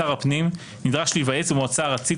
שר הפנים נדרש להיוועץ במועצה הארצית